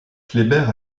kléber